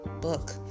book